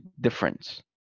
difference